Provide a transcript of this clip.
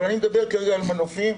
אבל אני מדבר כרגע על מנופים,